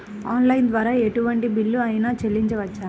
Online ద్వారా ఎటువంటి bill అయినా చెల్లించవచ్చా?